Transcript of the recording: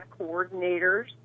coordinators